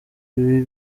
ibi